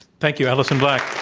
thank you, alison black.